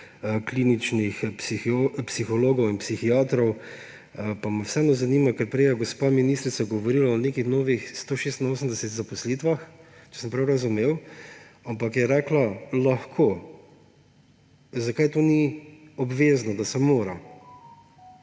kliničnih psihologov in psihiatrov, pa me samo zanima, ker je prej gospa ministrica govorila o nekih novih 186 zapolnitvah, če sem prav razumel, ampak je rekla »lahko«. Zakaj to ni obvezno – da se »mora«?